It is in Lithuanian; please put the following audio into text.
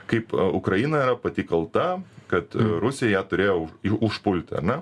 kaip ukraina yra pati kalta kad rusija ją turėjo už užpulti ane